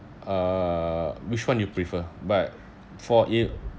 uh which one you prefer but for in